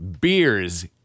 beers